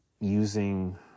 using